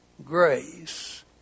Grace